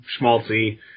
schmaltzy